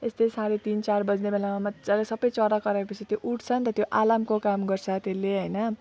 यस्तै साढे तिन चार बज्ने बेलामा मजाले सबै चरा कराएपछि त्यो उठ्छ नि त त्यो अलार्मको काम गर्छ त्यसले हैन